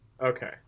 Okay